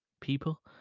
people